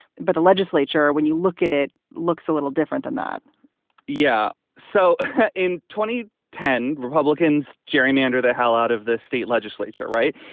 but the legislature, when you look at it, looks a little different than that yeah. so in twenty ten, republicans gerrymander the hell out of the state legislature. right.